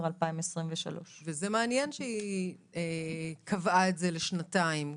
2023. וזה מעניין שהיא קבעה את זה לשנתיים.